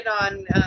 on